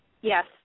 Yes